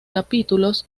capítulos